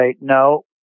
no